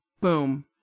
Boom